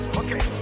okay